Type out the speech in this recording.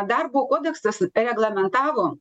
darbo kodeksas reglamentavo